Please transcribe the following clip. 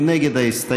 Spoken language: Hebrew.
מי נגד ההסתייגות?